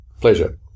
Pleasure